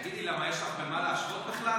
תגידי, למה יש לך למה להשוות בכלל?